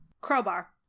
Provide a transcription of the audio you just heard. Crowbar